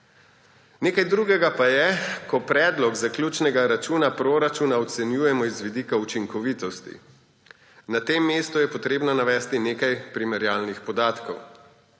Nekaj drugega pa je, ko predlog zaključnega računa proračuna ocenjujemo z vidika učinkovitosti. Na tem mestu je potrebno navesti nekaj primerjalnih podatkov.